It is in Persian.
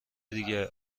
دیگه